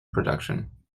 production